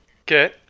Okay